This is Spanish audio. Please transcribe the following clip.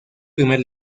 primer